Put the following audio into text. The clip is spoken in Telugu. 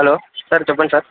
హలో సార్ చెప్పండి సార్